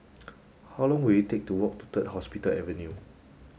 how long will it take to walk to Third Hospital Avenue